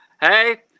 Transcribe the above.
Hey